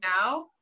now